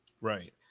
Right